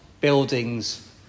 buildings